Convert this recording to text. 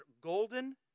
golden